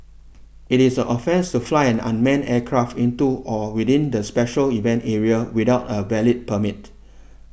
it is an offence to fly an unmanned aircraft into or within the special event area without a valid permit